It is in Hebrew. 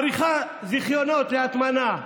מאריכה זיכיונות להטמנה.